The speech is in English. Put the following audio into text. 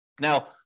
Now